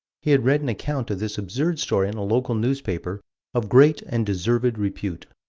he had read an account of this absurd story in a local newspaper of great and deserved repute.